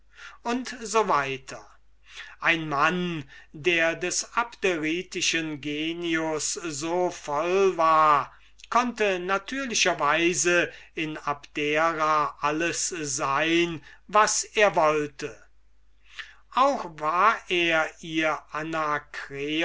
u s w ein mann der des abderitischen genius so voll war konnte natürlicher weise in abdera alles sein was er wollte auch war er ihr